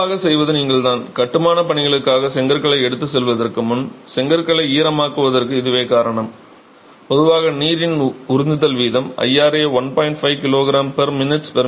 பொதுவாகச் செய்வது நீங்கள்தான் கட்டுமானப் பணிகளுக்காக செங்கற்களை எடுத்துச் செல்வதற்கு முன் செங்கற்களை ஈரமாக்குவதற்கு இதுவே காரணம் பொதுவாக நீரின் உறிஞ்சுதல் வீதம் IRA 1